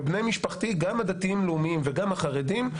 בני משפחתי גם הדתיים-לאומיים וגם החרדים,